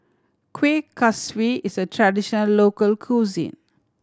Kueh Kaswi is a traditional local cuisine